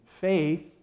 Faith